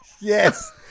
Yes